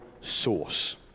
source